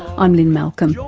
i'm lynne malcolm,